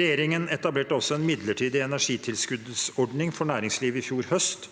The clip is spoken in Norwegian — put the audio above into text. Regjeringen etablerte også en midlertidig energitilskuddsordning for næringslivet i fjor høst.